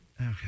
Okay